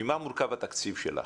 ממה מורכב התקציב שלך?